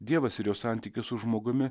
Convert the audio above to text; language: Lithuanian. dievas ir jos santykius su žmogumi